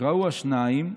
קראוה שניים,